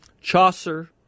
Chaucer